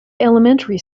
elementary